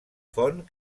font